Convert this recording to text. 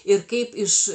ir kaip iš